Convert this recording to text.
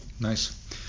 Nice